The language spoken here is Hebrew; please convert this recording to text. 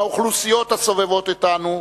האוכלוסיות הסובבות אותנו,